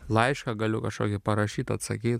laišką galiu kažkokį parašyt atsakyt